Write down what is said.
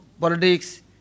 politics